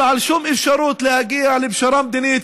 על כל אפשרות להגיע לפשרה מדינית.